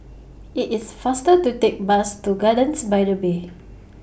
IT IS faster to Take Bus to Gardens By The Bay